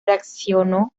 reaccionó